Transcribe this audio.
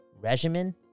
regimen